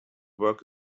work